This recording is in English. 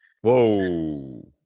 whoa